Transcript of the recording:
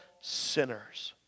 sinners